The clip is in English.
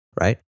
right